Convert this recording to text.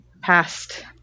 past